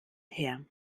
her